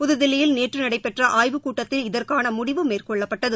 புதுதில்லியில் நேற்று நடைபெற்ற ஆய்வுக் கூட்டத்தில் இதற்கான முடிவு மேற்கொள்ளப்பட்டது